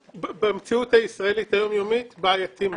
במציאות הישראלית היום יומית הוא בעייתי מאוד.